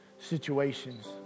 situations